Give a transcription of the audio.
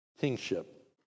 kingship